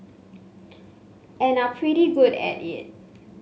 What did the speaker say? and are pretty good at it